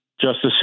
justice